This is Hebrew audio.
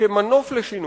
כמנוף לשינוי,